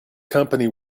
company